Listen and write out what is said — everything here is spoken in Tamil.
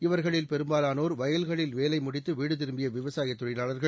இவர்களில் பெரும்பாவானோர் வயல்களில் வேலை முடித்து வீடு திரும்பிய விவசாய தொழிலாளர்கள்